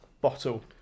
bottle